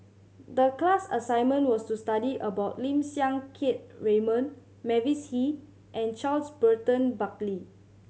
the class assignment was to study about Lim Siang Keat Raymond Mavis Hee and Charles Burton Buckley